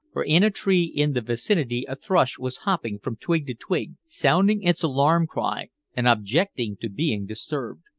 for in a tree in the vicinity a thrush was hopping from twig to twig, sounding its alarm-cry and objecting to being disturbed.